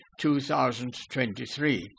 2023